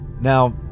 Now